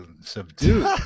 subdued